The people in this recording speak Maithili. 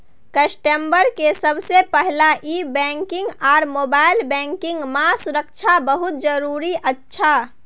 कस्टमर के सबसे पहला ई बैंकिंग आर मोबाइल बैंकिंग मां सुरक्षा बहुत जरूरी अच्छा